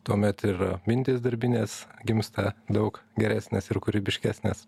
tuomet ir mintys darbinės gimsta daug geresnės ir kūrybiškesnės